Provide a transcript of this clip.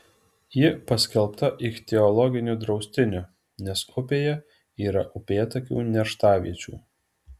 ji paskelbta ichtiologiniu draustiniu nes upėje yra upėtakių nerštaviečių